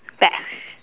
bats